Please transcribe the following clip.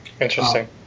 Interesting